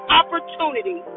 opportunity